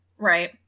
Right